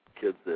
kids